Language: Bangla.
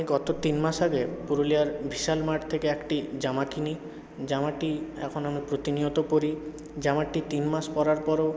এই গত তিন মাস আগে পুরুলিয়ার ভিশাল মার্ট থেকে একটি জামা কিনি জামাটি এখন আমি প্রতিনিয়ত পরি জামাটি তিন মাস পরার পরও